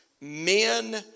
men